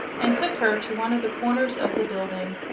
and took her to one of the corners of the building.